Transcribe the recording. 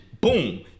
Boom